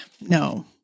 No